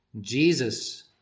Jesus